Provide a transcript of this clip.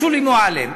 לשולי מועלם.